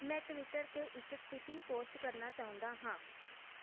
ਮੈਂ ਟਵਿਟਰ 'ਤੇ ਇੱਕ ਸਥਿਤੀ ਪੋਸਟ ਕਰਨਾ ਚਾਹੁੰਦਾ ਹਾਂ